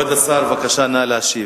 כבוד השר, בבקשה, נא להשיב.